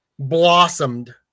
Blossomed